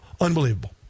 Unbelievable